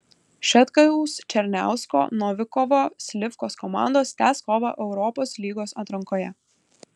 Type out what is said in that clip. šetkaus černiausko novikovo slivkos komandos tęs kovą europos lygos atrankoje